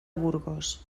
burgos